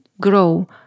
grow